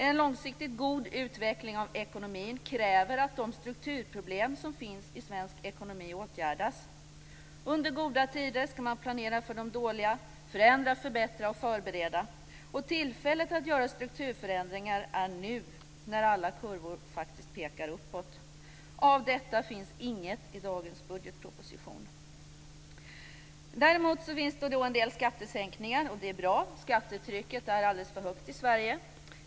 En långsiktigt god utveckling av ekonomin kräver att de strukturproblem som finns i svensk ekonomi åtgärdas. Under goda tider ska man planera för de dåliga; förändra, förbättra och förbereda. Och tillfället att göra strukturförändringar är nu, när alla kurvor faktiskt pekar uppåt. Av detta finns inget i dagens budgetproposition. Däremot finns det en del skattesänkningar, och det är bra. Skattetrycket är alldeles för högt i Sverige.